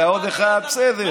עוד אחת, בסדר.